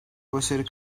başarı